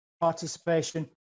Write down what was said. Participation